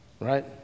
right